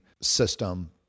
system